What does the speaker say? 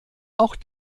auch